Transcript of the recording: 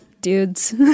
dudes